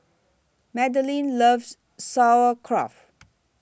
Magdalene loves Sauerkraut